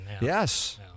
yes